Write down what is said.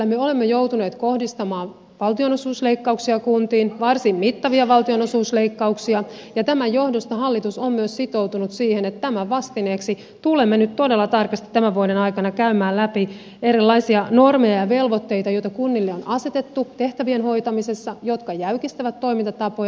me olemme jo joutuneet kohdistamaan valtionosuusleikkauksia kuntiin varsin mittavia valtionosuusleikkauksia ja tämän johdosta hallitus on myös sitoutunut siihen että tämän vastineeksi tulemme nyt todella tarkasti tämän vuoden aikana käymään läpi erilaisia normeja ja velvoitteita joita kunnille on asetettu tehtävien hoitamisessa jotka jäykistävät toimintatapoja